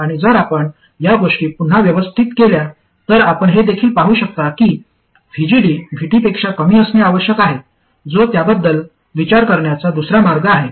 आणि जर आपण या गोष्टी पुन्हा व्यवस्थित केल्या तर आपण हे देखील पाहू शकता की VGD VT पेक्षा कमी असणे आवश्यक आहे जो त्याबद्दल विचार करण्याचा दुसरा मार्ग आहे